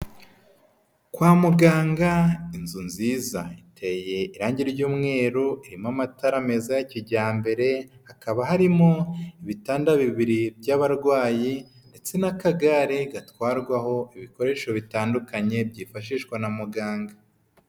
Kwa muganga, inzu nziza iteye irangi ry'umweru ririmo amatara meza ya kijyambere, hakaba harimo ibitanda bibiri by'abarwayi, ndetse n'akagare gatwarwaho ibikoresho bitandukanye byifashishwa na muganga.